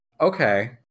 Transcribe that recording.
okay